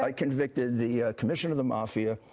ah convicted the commissioner of the mafia,